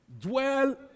Dwell